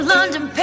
London